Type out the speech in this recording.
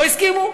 לא הסכימו.